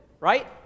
right